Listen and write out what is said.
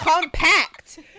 compact